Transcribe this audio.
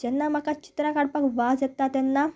जेन्ना म्हाका चित्रां काडपाक वाज येता तेन्ना